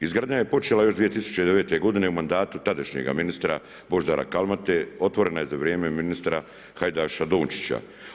Izgradnja je počela još 2009. godine u mandatu tadašnjega ministra Božidara Kalmete, otvorena je za vrijeme ministra Hajdaša Dončića.